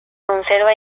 conserva